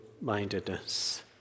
mindedness